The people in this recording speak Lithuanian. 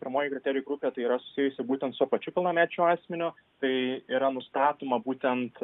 pirmoji kriterijų grupė tai yra susijusi būtent su pačiu pilnamečiu asmeniu tai yra nustatoma būtent